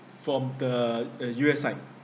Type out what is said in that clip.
from the uh U_S side